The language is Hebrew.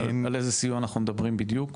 על איזה סיוע אנחנו מדברים בדיוק?